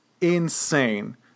insane